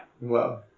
Wow